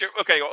okay